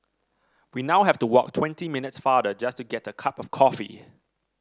we now have to walk twenty minutes farther just to get a cup of coffee